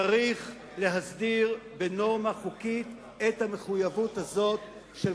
צריך להסדיר בנורמה חוקית את המחויבות הזאת של